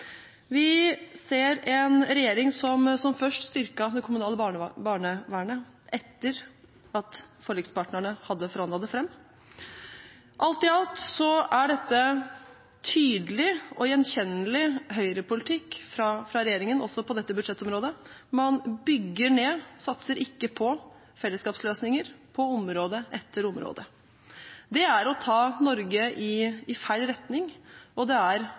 Vi ser en regjering som først styrket det kommunale barnevernet etter at forlikspartnerne hadde forhandlet det frem. Alt i alt er dette tydelig og gjenkjennelig Høyre-politikk fra regjeringen også på dette budsjettområdet. På område etter område bygger man ned og satser ikke på fellesskapsløsninger. Det er å ta Norge i feil retning, og det er